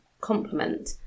complement